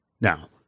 Now